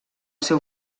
seu